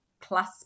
plus